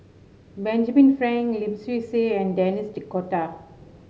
Benjamin Frank Lim Swee Say and Denis D'Cotta